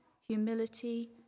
humility